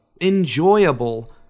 enjoyable